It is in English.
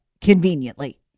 conveniently